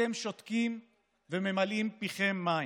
אתם שותקים וממלאים פיכם מים.